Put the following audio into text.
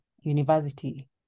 university